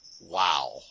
wow